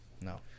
No